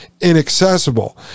inaccessible